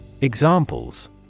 Examples